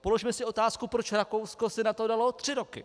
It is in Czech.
Položme si otázku, proč Rakousko si na to dalo tři roky.